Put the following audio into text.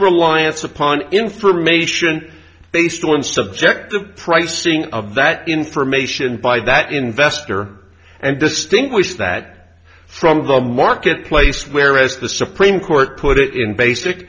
reliance upon information based on subjective pricing of that information by that investor and distinguish that from the market place whereas the supreme court put it in basic